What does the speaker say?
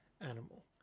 animal